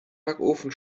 backofen